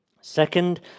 Second